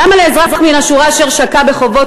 למה לאזרח מן השורה אשר שקע בחובות,